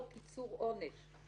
קיצור עונש.